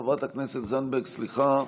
חברת הכנסת זנדברג, סליחה.